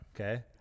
Okay